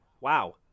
wow